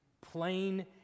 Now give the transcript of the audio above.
Plain